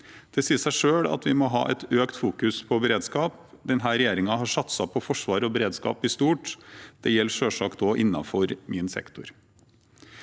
Det sier seg selv at vi må ha økt fokus på beredskap. Denne regjeringen har satset på forsvar og beredskap i stort. Det gjelder selvsagt også innenfor min sektor.